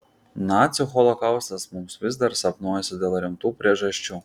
nacių holokaustas mums vis dar sapnuojasi dėl rimtų priežasčių